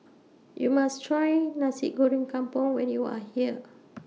YOU must Try Nasi Goreng Kampung when YOU Are here